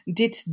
dit